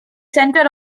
centered